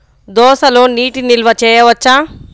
దోసలో నీటి నిల్వ చేయవచ్చా?